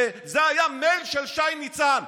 זה היה מייל של שי ניצן.